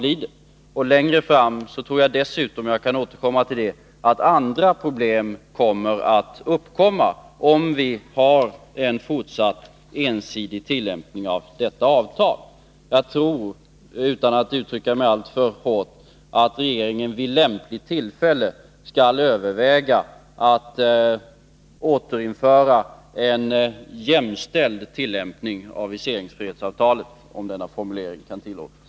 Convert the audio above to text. Jag tror dessutom att andra problem kan uppkomma längre fram — jag återkommer till detta — om vi har en fortsatt ensidig tillämpning av detta avtal. Utan att uttrycka mig alltför hårt vill jag säga att jag anser att regeringen vid lämpligt tillfälle skall överväga att återinföra en jämställd tillämpning av viseringsfrihetsavtalet — om denna formulering kan tillåtas.